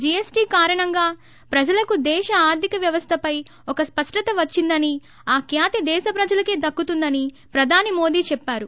GST కారణంగా ప్రజలకు ేదేశ ఆర్థిక వ్యవస్థపై ఒక స్పష్టత వచ్చిందని ఆ ఖ్యాతి దేశ ప్రజలకే దక్కుతుందని ప్రధాని మోదీ చేప్పారు